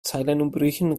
zeilenumbrüchen